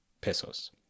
pesos